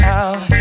out